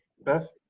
beth?